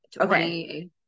Okay